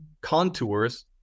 contours